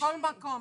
בכל מקום.